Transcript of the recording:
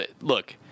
look